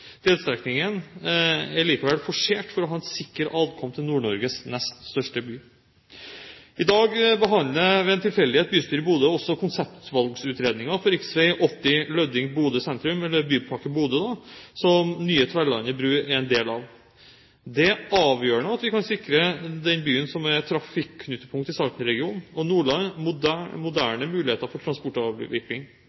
Delstrekningen er likevel forsert for å ha en sikker adkomst til Nord-Norges nest største by. I dag behandler ved en tilfeldighet bystyret i Bodø også konseptvalgutredningen for rv. 80 Løding–Bodø sentrum, eller Bypakke Bodø, som nye Tverlandet bru er en del av. Det er avgjørende at vi kan sikre den byen som er trafikknutepunktet i Salten-regionen og Nordland,